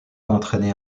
entraîner